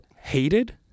hated